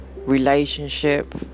relationship